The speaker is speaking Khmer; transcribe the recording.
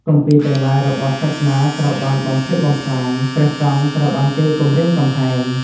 គម្ពីរទាំងឡាយបេស់សាសនាត្រូវបានបំផ្លិចបំផ្លាញ ព្រះសង្ឃត្រូវបានគេគំរាមកំហែង ។